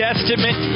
Testament